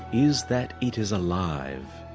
is that it is alive.